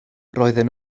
roedden